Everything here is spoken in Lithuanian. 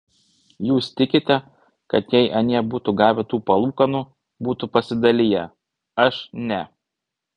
jūs tikite kad jei anie būtų gavę tų palūkanų būtų pasidaliję aš ne